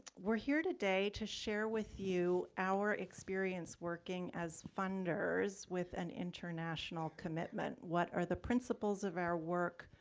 we're here today to share with you our experience working as funders with an international commitment. what are the principles of our work?